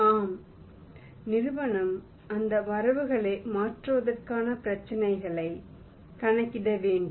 ஆம் நிறுவனம் அந்த வரவுகளை மாற்றுவதற்கான பிரச்சனைகளை கணக்கிட வேண்டும்